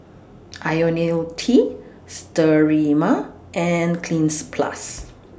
Ionil T Sterimar and Cleanz Plus